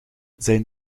zijn